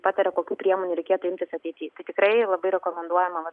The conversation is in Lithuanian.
pataria kokių priemonių reikėtų imtis ateity tikrai labai rekomenduojama vat